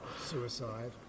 suicide